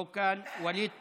לא כאן, ווליד טאהא,